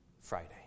Friday